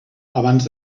abans